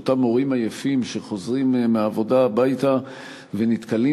את אותם הורים עייפים שחוזרים מהעבודה הביתה ונתקלים